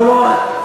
לא, לא.